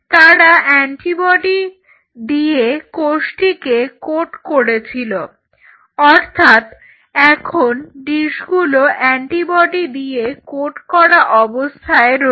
তারা অ্যান্টিবডি দিয়ে ডিসটিকে কোট করে দিয়েছিল অর্থাৎ এখন ডিসগুলো অ্যান্টিবডি দিয়ে কোট করা অবস্থায় রয়েছে